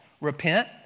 repent